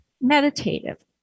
meditative